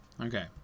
Okay